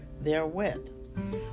therewith